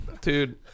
Dude